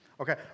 Okay